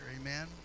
amen